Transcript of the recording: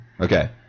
Okay